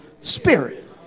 spirit